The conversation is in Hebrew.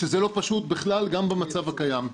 שזה לא פשוט בכלל גם במצב הקיים.